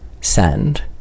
send